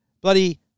Bloody